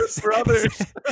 brothers